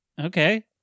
Okay